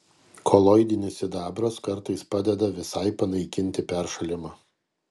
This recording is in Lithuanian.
koloidinis sidabras kartais padeda visai panaikinti peršalimą